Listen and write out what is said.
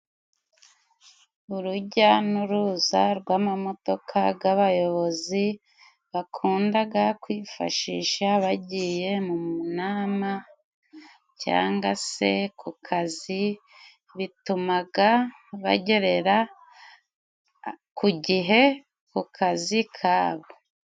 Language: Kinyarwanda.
Urujya n'uruza rw'amamodoka g'abayobozi bakundaga kwifashisha bagiye mu nama, cyanga se ku kazi bitumaga bagerera ku gihe ku kazi kabo.